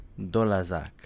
Dolazak